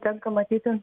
tenka matyti